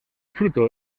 fruto